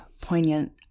poignant